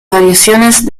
variaciones